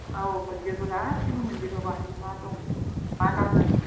औ मोनजोबो गासैबो बाहायनो मा दं मा मा नांगौ